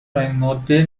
رنگماده